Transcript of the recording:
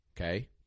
okay